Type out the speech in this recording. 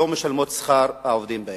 לא משלמות את שכר העובדים בהן.